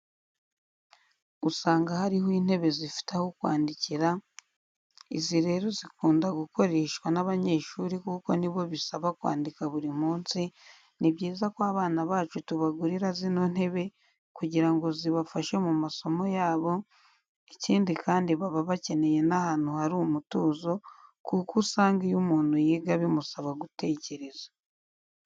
Usanga hariho intebe zifite aho kwandikira, izi rero zikunda gukoreshwa n'abanyeshuri kuko nibo bisaba kwandika buri munsi, ni byiza ko abana bacu tubagurira zino ntebe kugira ngo zibafashe mu masomo yabo, ikindi kandi baba bakeneye n'ahantu hari umutuzo kuko usanga iyo umuntu yiga bimusaba gutekereza.